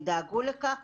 הם דאגו לכך